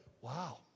wow